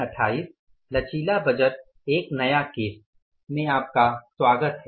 छात्रों का स्वागत हैं